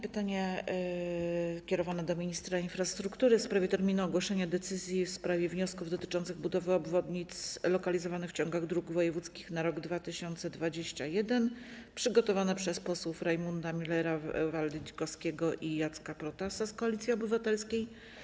Pytanie kierowane do ministra infrastruktury, w sprawie terminu ogłoszenia decyzji w sprawie wniosków dotyczących budowy obwodnic lokalizowanych w ciągach dróg wojewódzkich na rok 2021, przygotowane przez posłów Rajmunda Millera, Waldy Dzikowskiego i Jacka Protasa z Koalicji Obywatelskiej.